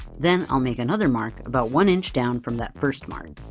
then, i'll make another mark about one inch down from that first mark.